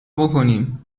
بکینم